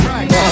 Right